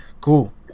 cool